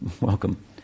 welcome